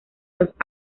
los